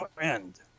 end